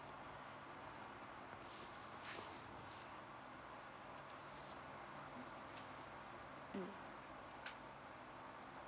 mm